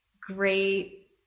great